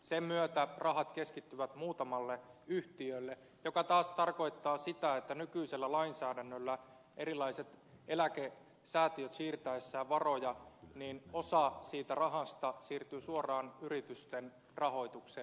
sen myötä rahat keskittyvät muutamalle yhtiölle mikä taas tarkoittaa sitä että kun nykyisellä lainsäädännöllä erilaiset eläkesäätiöt siirtävät varoja osa siitä rahasta siirtyy suoraan yritysten rahoitukseen